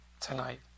tonight